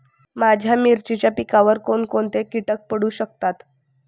माझ्या मिरचीच्या पिकावर कोण कोणते कीटक पडू शकतात?